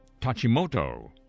Tachimoto